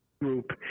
group